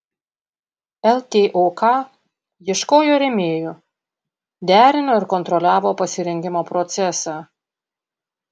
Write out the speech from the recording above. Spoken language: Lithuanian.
ltok ieškojo rėmėjų derino ir kontroliavo pasirengimo procesą